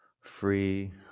free